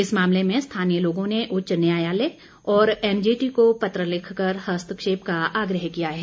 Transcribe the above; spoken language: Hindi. इस मामले में स्थानीय लोगों ने उच्च न्यायालय और एनजीटी को पत्र लिखकर हस्तक्षेप का आग्रह किया है